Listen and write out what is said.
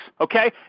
okay